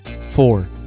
Four